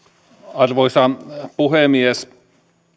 arvoisa puhemies